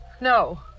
No